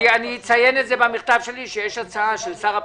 אני אציין במכתב שלי שיש הצעה של שר הפנים.